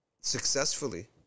Successfully